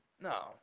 No